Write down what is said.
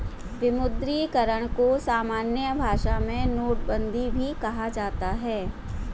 विमुद्रीकरण को सामान्य भाषा में नोटबन्दी भी कहा जाता है